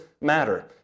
matter